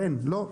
לא.